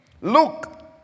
Look